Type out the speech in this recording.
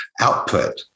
output